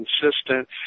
consistent